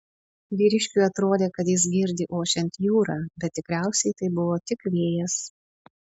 vyriškiui atrodė kad jis girdi ošiant jūrą bet tikriausiai tai buvo tik vėjas